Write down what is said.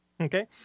okay